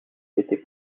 étaient